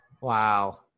Wow